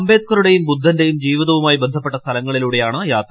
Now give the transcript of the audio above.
അംബേദ്കറുടെയും ബുദ്ധന്റെയും ജീവിതവുമായി ബന്ധപ്പെട്ട സ്ഥലങ്ങളിലൂടെയാണ് യാത്ര